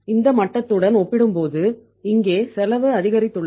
இந்த மட்டத்துடன் ஒப்பிடும்போது இங்கே செலவு அதிகரித்துள்ளது